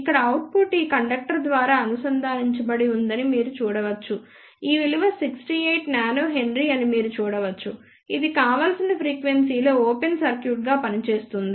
ఇక్కడ అవుట్పుట్ ఈ ఇండక్టర్ ద్వారా అనుసంధానించబడిందని మీరు చూడవచ్చు ఈ విలువ 68 nH అని మీరు చూడవచ్చు ఇది కావలసిన ఫ్రీక్వెన్సీ లో ఓపెన్ సర్క్యూట్గా పనిచేస్తుంది